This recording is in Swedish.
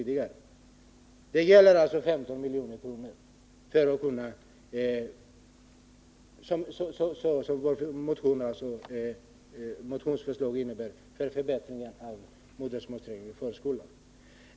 Det är som sagt 15 milj.kr. som vi i vår motion föreslår skall användas till förbättringar av modersmålsträningen i förskolan.